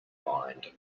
mind